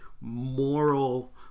moral